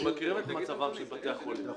אנחנו מכירים את מצבם של בתי החולים.